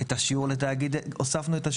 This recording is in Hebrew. הוספנו כרגע את השיעור לתאגיד עזר,